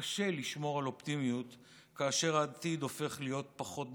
קשה לשמור על אופטימיות כאשר העתיד הופך להיות פחות בטוח.